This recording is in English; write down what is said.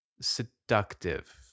seductive